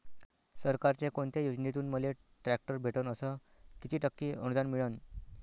सरकारच्या कोनत्या योजनेतून मले ट्रॅक्टर भेटन अस किती टक्के अनुदान मिळन?